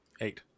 eight